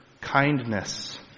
kindness